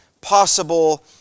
possible